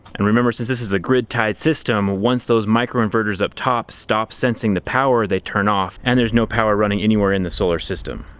and remember since this is a grid-tied system, once those micro-inverters up top stop sensing the power, they turn off and there's no power running anywhere in the solar system.